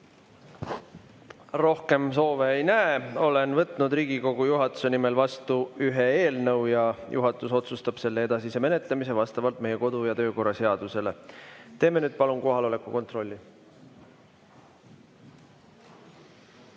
Rohkem soove ei näe. Olen võtnud Riigikogu juhatuse nimel vastu ühe eelnõu ja juhatus otsustab selle edasise menetlemise vastavalt meie kodu- ja töökorra seadusele. Teeme nüüd palun kohaloleku kontrolli.